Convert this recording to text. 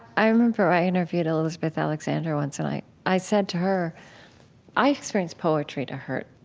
i remember i interviewed elizabeth alexander once, and i i said to her i experience poetry to hurt.